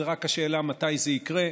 זו רק השאלה מתי זה יקרה.